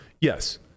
Yes